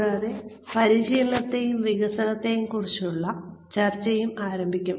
കൂടാതെ പരിശീലനത്തെയും വികസനത്തെയും കുറിച്ചുള്ള ചർച്ചയും ആരംഭിക്കും